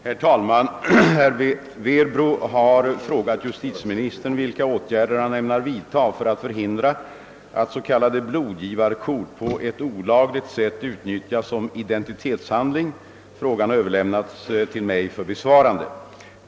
Herr talman! Herr Werbro har frågat justitieministern vilka åtgärder han ämnar vidta för att förhindra att s.k. blodgivarkort på ett olagligt sätt utnyttjas som indentitetshandling. Frågan har överlämnats till mig för besvarande.